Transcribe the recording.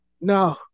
no